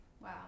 Wow